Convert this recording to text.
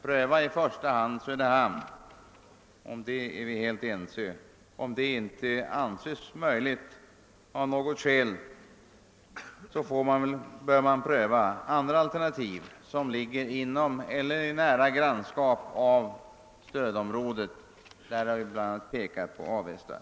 Pröva i första hand Söderhamn — om det är vi helt ense. Om detta av någon anledning inte anses möjligt, får man väl pröva andra alternativ, som ligger inom eller i nära grannskap till stödområdet; vi har bla. pekat på Avesta.